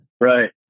Right